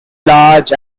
large